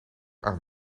aan